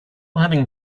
having